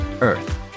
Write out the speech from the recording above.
earth